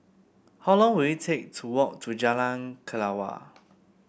how long will it take to walk to Jalan Kelawar